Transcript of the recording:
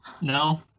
No